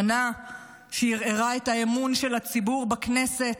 זו שנה שערערה את האמון של הציבור בכנסת,